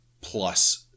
plus